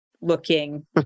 looking